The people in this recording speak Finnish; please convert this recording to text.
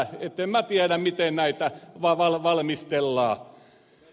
en minä tiedä miten näitä valmistellaan